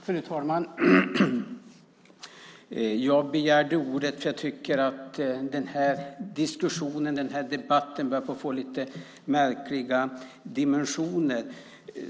Fru talman! Jag begärde ordet, för jag tycker att den här diskussionen, den här debatten börjar att få lite märkliga dimensioner.